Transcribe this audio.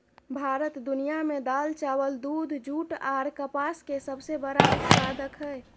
भारत दुनिया में दाल, चावल, दूध, जूट आर कपास के सबसे बड़ा उत्पादक हय